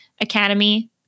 academy